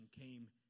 came